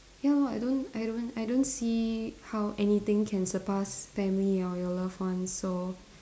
ya lor I don't I don't I don't see how anything can surpass family or your loved ones so